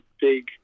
big